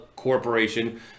corporation